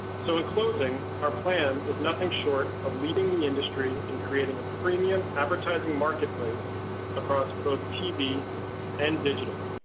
so in closing, our plan is nothing short of leading the industry in creating a premium advertising marketplace across both tv and digital,